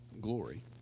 glory